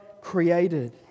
created